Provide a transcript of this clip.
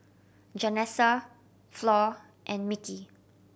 Janessa Flor and Mickey